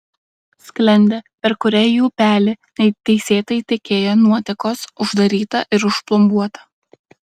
sklendė per kurią į upelį neteisėtai tekėjo nuotekos uždaryta ir užplombuota